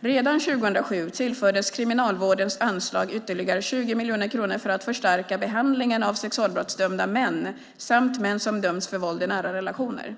Redan år 2007 tillfördes Kriminalvårdens anslag ytterligare 20 miljoner kronor för att förstärka behandlingen av sexualbrottsdömda män samt män som dömts för våld i nära relationer.